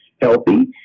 healthy